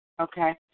Okay